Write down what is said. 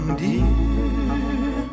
dear